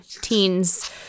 teens